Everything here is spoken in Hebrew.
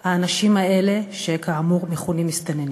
האנשים האלה, שכאמור מכונים מסתננים.